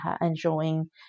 enjoying